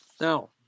now